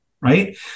right